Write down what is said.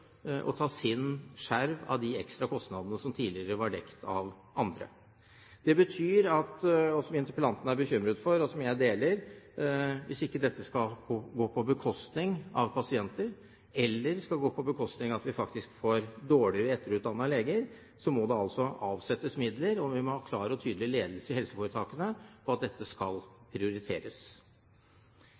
ta sin skjerv av de ekstra kostnadene som tidligere var dekket av andre. Det betyr, som interpellanten er bekymret for, en bekymring som jeg deler, at hvis dette ikke skal gå på bekostning av pasienter eller på bekostning av at vi faktisk får dårligere etterutdannede leger, må det avsettes midler, og vi må ha en klar og tydelig ledelse i helseforetakene på at dette skal prioriteres.